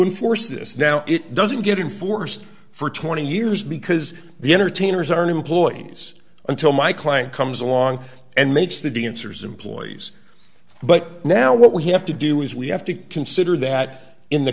enforce this now it doesn't get in force for twenty years because the entertainers are employees until my client comes along and makes the d n c his employees but now what we have to do is we have to consider that in the